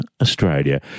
Australia